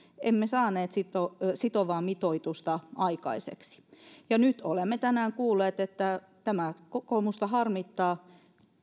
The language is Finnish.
emme saaneet sitovaa mitoitusta aikaiseksi tänään olemme kuulleet että tämä kokoomusta harmittaa